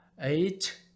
eight